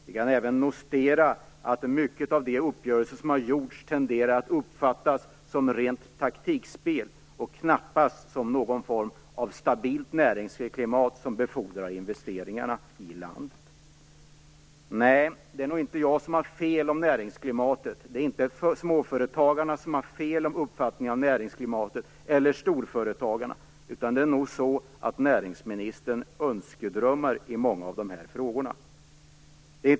Vi kan även notera att många av de uppgörelser som kommit till stånd tenderar att uppfattas som rent taktikspel och knappast som något skapande av stabilt näringsklimat som befordrar investeringarna i landet. Nej, det är nog inte jag som har fel i fråga om näringsklimatet. Det är inte små och storföretagarna som har fel uppfattning om näringsklimatet. Det är nog så att näringsministern önskedrömmer i många av dessa frågor.